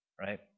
right